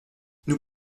nous